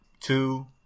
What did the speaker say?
two